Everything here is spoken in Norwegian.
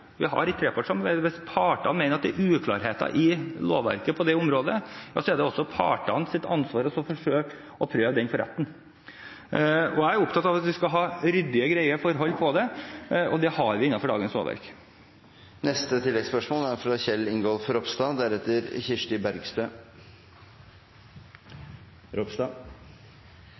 vi har et trepartssamarbeid – mener at det er uklarheter i lovverket på dette området, er det også partenes ansvar å prøve det for retten. Jeg er opptatt av at vi skal ha ryddige og greie forhold, og det har vi innenfor dagens lovverk. Kjell Ingolf Ropstad – til oppfølgingsspørsmål. En kan alltid mene at fast ansettelse i et ordinært ansettelsesforhold er